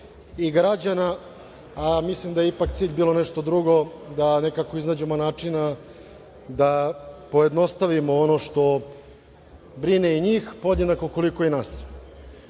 i građana, a mislim da je ipak cilj bilo nešto drugo da nekako iznađemo načina da pojednostavimo ono što brine i njih podjednako koliko i nas.